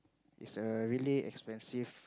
it's a really expensive